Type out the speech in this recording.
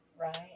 Right